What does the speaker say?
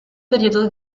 periodo